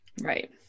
Right